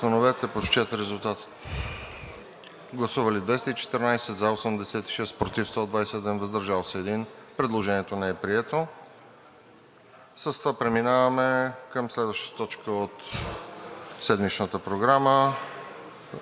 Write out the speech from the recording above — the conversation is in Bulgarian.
прието. Преминаваме към следващата точка от седмичната Програма: